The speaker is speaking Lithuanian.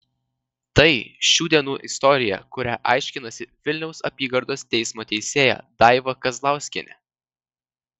tai šių dienų istorija kurią aiškinasi vilniaus apygardos teismo teisėja daiva kazlauskienė